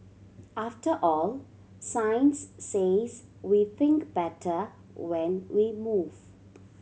after all science says we think better when we move